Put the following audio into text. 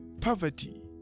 poverty